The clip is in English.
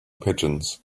pigeons